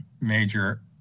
major